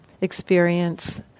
experience